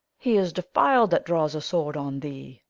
he is defil'd that draws a sword on thee.